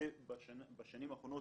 עושה בשנים האחרונות,